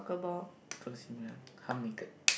half naked